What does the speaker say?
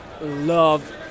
love